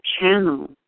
channel